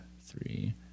three